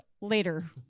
later